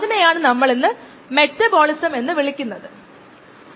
നമ്മൾ നിരക്ക് അളക്കുന്ന രീതി വളരെ വ്യത്യസ്തമായിരിക്കും